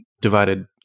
divided